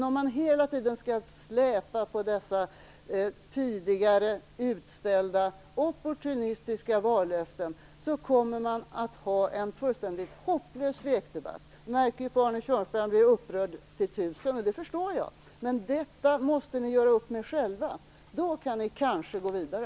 Om man hela tiden skall släpa på tidigare utställda opportunistiska vallöften kommer man att ha en fullständigt hopplös svekdebatt. Jag märker att Arne Kjörnsberg blir upprörd till tusen, och jag förstår att han blir det. Om detta måste ni göra upp med er själva. Då kan ni kanske gå vidare.